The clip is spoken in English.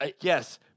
yes